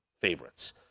favorites